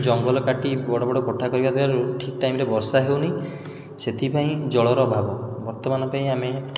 ଜଙ୍ଗଲ କାଟି ବଡ଼ ବଡ଼ କୋଠା କରିବାରୁ ଠିକ ଟାଇମରେ ବର୍ଷା ହେଉନି ସେଥିପାଇଁ ଜଳର ଅଭାବ ବର୍ତ୍ତମାନ ପାଇଁ ଆମେ